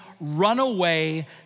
runaway